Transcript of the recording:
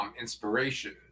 inspiration